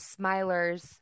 Smilers